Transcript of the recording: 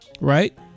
right